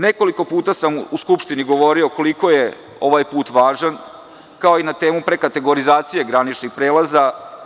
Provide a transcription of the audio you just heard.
Nekoliko puta sam u Skupštini govorio koliko je ovaj put važan, kao i na temu prekategorizacije graničnih prelaza.